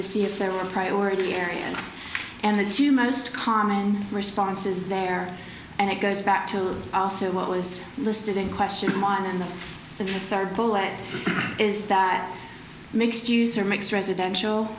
to see if there were priority areas and the two most common responses there and it goes back to also what was listed in question on the far bullet is that mixed user makes residential